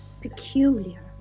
peculiar